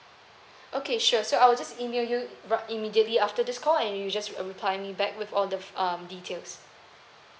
okay sure so I'll just email you right immediately after this call and you just uh reply me back with all the um details